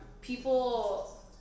people